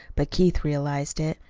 but keith realized it.